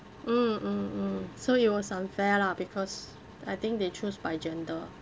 mm mm mm so it was unfair lah because I think they choose by gender